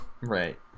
right